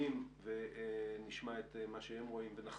כתיקונם, על טרום משבר הקורונה.